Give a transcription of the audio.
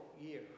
year